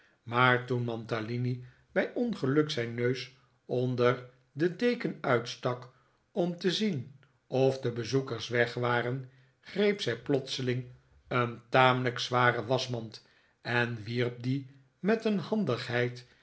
maar toen mantalini bij ongeluk zijn neus onder de deken uitstak om te zien of de bezoekers weg waren greep zij plotseling een tamelijk zware waschmand en wierp die met een handigheid